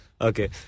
Okay